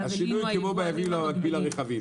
השינוי הוא כמו היבוא המקביל לרכבים.